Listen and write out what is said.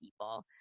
people